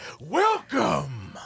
welcome